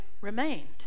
remained